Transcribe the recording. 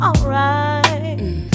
Alright